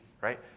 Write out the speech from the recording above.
right